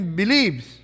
believes